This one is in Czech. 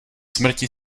smrti